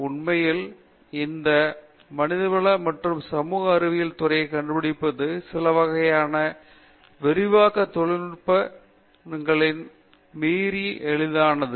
உண்மையில் இந்த மனிதவள மற்றும் சமூக அறிவியல் துறையை கண்டுபிடிப்பது சில வகையான விரிவாக்க தொழில்நுட்ப தொழில்நுட்பங்களை மீறி எளிதானது